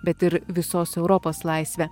bet ir visos europos laisvę